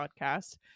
podcast